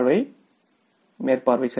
பின்னர் மேற்பார்வை சரி